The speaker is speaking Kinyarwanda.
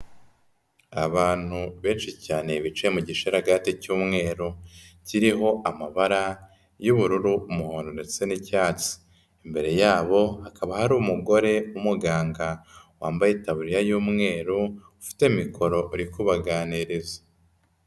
Abantu benshi cyane bicaye mu gisharagati cy'umweru kiriho amabara y'ubururu, umuhondo ndetse n'icyatsi, imbere yabo hakaba hari umugore w'umuganga wambaye itaburiya y'umweru ufite mikoro uri kubaganiriza.